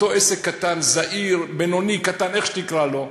אותו עסק קטן, זעיר, בינוני-קטן, איך שתקרא לו,